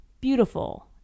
beautiful